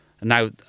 Now